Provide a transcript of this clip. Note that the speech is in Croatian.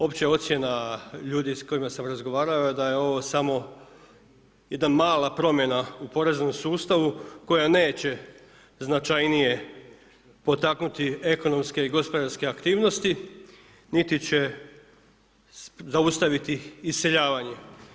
Opća ocjena ljudi s kojima sam razgovarao je da je ovo samo jedna mala promjena u poreznom sustavu koja neće značajnije potaknuti ekonomske i gospodarske aktivnosti niti će zaustaviti iseljavanje.